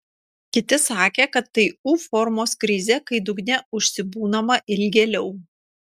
kiti sakė kad tai u formos krizė kai dugne užsibūnama ilgėliau